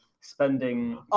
spending